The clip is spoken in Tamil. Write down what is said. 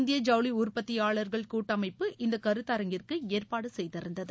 இந்திய ஜவுளி உற்பத்தியாளர்கள் கூட்டமைப்பு இந்த கருத்தரங்கிற்கு ஏற்பாடு செய்திருந்தது